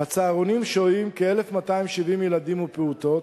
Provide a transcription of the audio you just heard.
בצהרונים שוהים כ-1,270 ילדים ופעוטות,